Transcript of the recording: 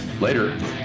later